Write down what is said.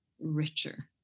richer